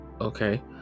okay